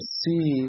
see